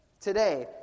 Today